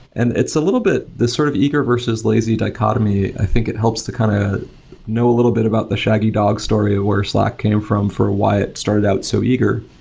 and it's a little bit this sort of eager versus lazy dichotomy, i think it helps to kind of know ah little bit about the shaggy dog story of where slack came from for why it started out so eager.